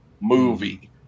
movie